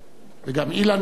וגם אילן גילאון,